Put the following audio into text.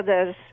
other's